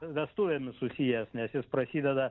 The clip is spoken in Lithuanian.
vestuvėmis susijęs nes jis prasideda